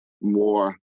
more